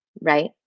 right